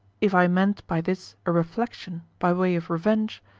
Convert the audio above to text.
if i meant by this a reflection, by way of revenge,